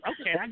Okay